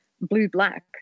blue-black